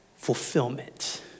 Fulfillment